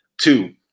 Two